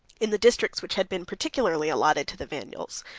in the districts which had been peculiarly allotted to the vandals,